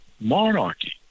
monarchy